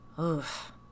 Oof